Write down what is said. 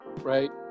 right